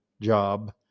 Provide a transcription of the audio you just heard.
job